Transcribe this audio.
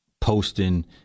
posting